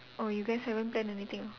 orh you guys haven't plan anything ah